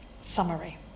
summary